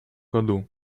году